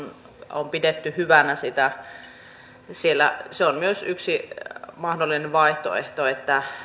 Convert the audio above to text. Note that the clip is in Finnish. on pidetty hyvänä sitä se on myös yksi mahdollinen vaihtoehto että